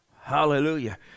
Hallelujah